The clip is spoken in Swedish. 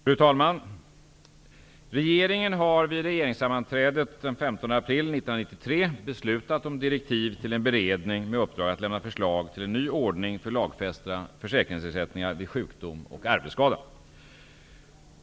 Fru talman! Regeringen har vid regeringssammanträde den 15 april 1993 beslutat om direktiv till en beredning med uppdrag att lämna förslag till en ny ordning för lagfästa försäkringsersättningar vid sjukdom och arbetsskada.